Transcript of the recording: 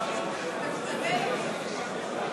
אתה מתבלבל אתי.